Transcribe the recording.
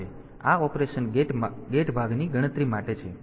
તેથી આ operation gate ભાગની ગણતરી માટે છે